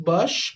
Bush